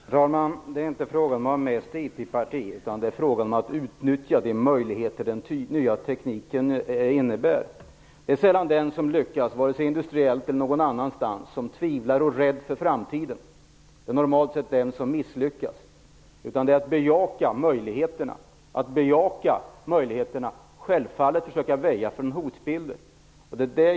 Herr talman! Det är inte fråga om att vara det bästa IT-partiet, utan det är fråga om att utnyttja de möjligheter den nya tekniken innebär. Det är sällan den som lyckas, vare sig industriellt eller någon annanstans, som tvivlar och är rädd för framtiden. Normalt sett är det den som misslyckas. Det gäller att bejaka möjligheterna och självfallet försöka väja för hotbilderna.